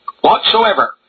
whatsoever